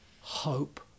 Hope